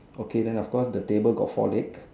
okay then of course the table got four leg